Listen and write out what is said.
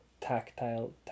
tactile